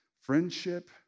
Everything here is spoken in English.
Friendship